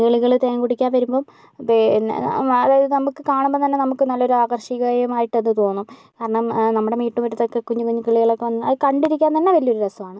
കിളികള് തേൻ കുടിക്കാൻ വരുമ്പോൾ പിന്നെ ആ അത് നമുക്ക് കാണുമ്പോൾ തന്നെ നമുക്ക് നല്ലൊരു ആകർഷികമായിട്ട് അത് തോന്നും കാരണം നമ്മുടെ വീട്ടു മുറ്റത്തൊക്കെ കുഞ്ഞി കുഞ്ഞി കിളികള് ഒക്കെ വന്ന് അത് കണ്ടിരിക്കാൻ തന്നെ വലിയൊരു രസം ആണ്